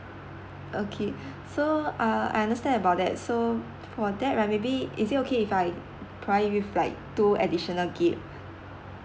okay so uh I understand about that so for that right maybe is it okay if I prior you like two additional gig